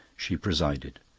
she presided.